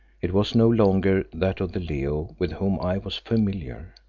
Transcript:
it was no longer that of the leo with whom i was familiar,